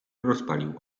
rozpalił